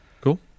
Cool